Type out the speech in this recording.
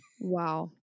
Wow